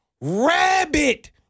rabbit